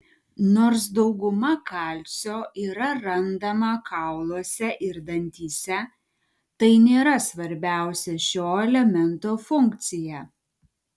nors dauguma kalcio yra randama kauluose ir dantyse tai nėra svarbiausia šio elemento funkcija